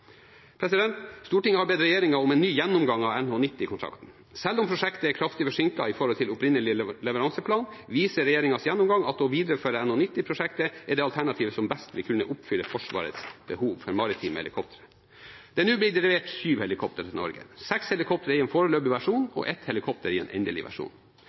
Stortinget har bedt regjeringen om en ny gjennomgang av NH-90-kontrakten. Selv om prosjektet er kraftig forsinket i forhold til opprinnelig leveranseplan, viser regjeringens gjennomgang at å videreføre NH-90-prosjektet er det alternativet som best vil kunne oppfylle Forsvarets behov for maritime helikoptre. Det er nå blitt levert syv helikopter til Norge, seks helikopter i en foreløpig versjon og ett helikopter i en endelig versjon.